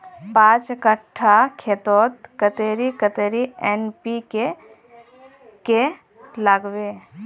पाँच कट्ठा खेतोत कतेरी कतेरी एन.पी.के के लागबे?